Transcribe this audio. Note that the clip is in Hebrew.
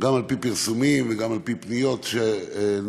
על-פי פרסומים וגם על-פי פניות שנעשו,